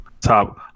top